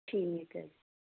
ਠੀਕ ਹੈ